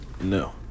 No